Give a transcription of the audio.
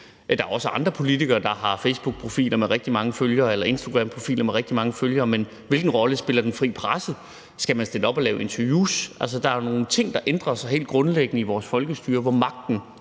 Der er også andre politikere, der har facebookprofiler med rigtig mange følgere eller instagramprofiler med rigtig mange følgere, men hvilken rolle spiller den frie presse? Skal man stille op og lave interviews? Der er jo nogle ting, der ændrer sig helt grundlæggende i vores folkestyre, hvor magten